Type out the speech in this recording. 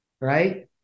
Right